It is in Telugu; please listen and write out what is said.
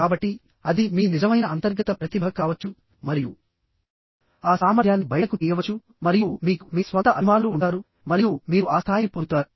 కాబట్టి అది మీ నిజమైన అంతర్గత ప్రతిభ కావచ్చు మరియు ఆ సామర్థ్యాన్ని బయటకు తీయవచ్చు మరియు మీకు మీ స్వంత అభిమానులు ఉంటారు మరియు మీరు ఆ స్థాయిని పొందుతారు